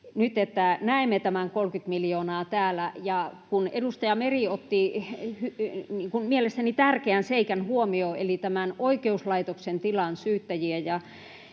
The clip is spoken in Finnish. että nyt näemme tämän 30 miljoonaa täällä. Ja kun edustaja Meri otti huomioon mielestäni tärkeän seikan, eli tämän oikeuslaitoksen tilan, syyttäjien